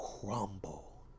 crumble